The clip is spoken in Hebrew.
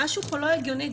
משהו פה לא הגיוני.